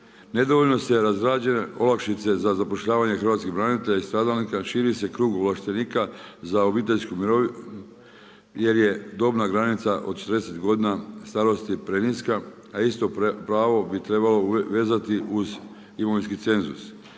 …/Govornik se ne razumije./… olakšice za zapošljavanje hrvatskih branitelja i stradalnika, širi se krug ovlaštenika za obiteljsku mirovinu, jer je dobna granica od 40 god. starosti preniska, a isto pravo bi trebalo vezati uz imovinski cenzus.